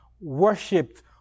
worshipped